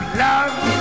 love